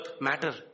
matter